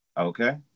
Okay